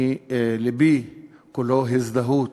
לבי כולו הזדהות